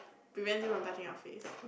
prevent you from touching your face